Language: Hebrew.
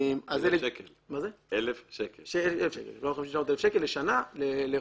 אלף שקלים לשנה לרשות.